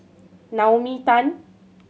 Naomi Tan